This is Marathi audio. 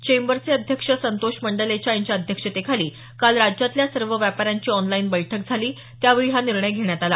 चेंबरचे अध्यक्ष संतोष मंडलेचा यांच्या अध्यक्षतेखाली काल राज्यातल्या सर्व व्यापाऱ्यांची ऑनलाईन बैठक झाली त्यावेळी हा निर्णय घेण्यात आला